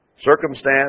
circumstance